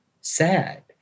sad